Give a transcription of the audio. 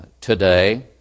today